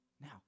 Now